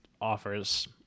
offers